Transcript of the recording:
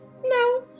No